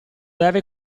deve